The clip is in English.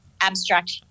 abstract